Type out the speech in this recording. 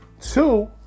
two